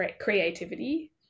creativity